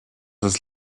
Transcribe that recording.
das